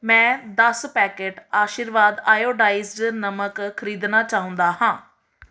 ਮੈਂ ਦਸ packet Aashirvaad iodised ਨਮਕ ਖ਼ਰੀਦਣਾ ਚਾਹੁੰਦਾ ਹਾਂ